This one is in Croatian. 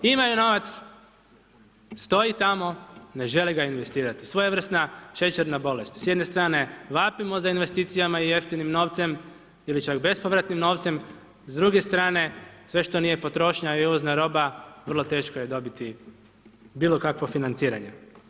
Imaju novac, stoji tamo, ne žele ga investirati, svojevrsna šećerna bolest, s jedne strane, vapimo za investicijama i jeftinim novcem ili čak bespovratnim novcem, s druge strane, sve što nije potrošnja i uvozna roba, vrlo teško je dobiti bilo kakvo financiranje.